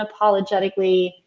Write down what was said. unapologetically